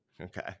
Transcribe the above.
Okay